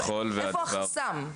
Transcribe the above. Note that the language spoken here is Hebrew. איפה החסם?